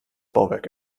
bauwerk